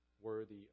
worthy